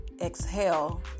Exhale